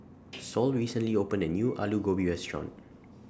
Sol recently opened A New Aloo Gobi Restaurant